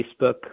Facebook